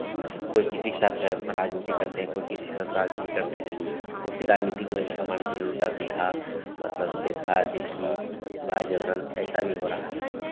कोई किसी के साथ है राजनीति करते हैं कोई किसी के साथ राजनीति करते हैं उसी राजनितिक में जो है मान के चलिए उल्टा सीधा मतलब देखा देखी बा जबरन ऐसा भी हो रहा है